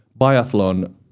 biathlon